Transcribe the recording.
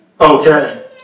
Okay